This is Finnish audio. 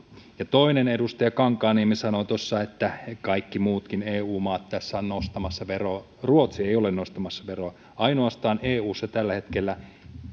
ja toinen asia edustaja kankaanniemi sanoi tuossa että kaikki muutkin eu maat tässä ovat nostamassa veroa ruotsi ei ole nostamassa veroa eussa tällä hetkellä ainoastaan